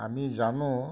আমি জানো